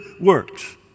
works